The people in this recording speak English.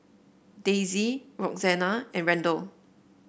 Daisy Roxanna and Randel